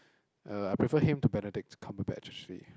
uh I prefer him to Benedict-Cumberbatch actually